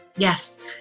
Yes